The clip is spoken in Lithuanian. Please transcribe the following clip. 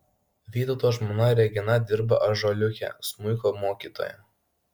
vytauto žmona regina dirba ąžuoliuke smuiko mokytoja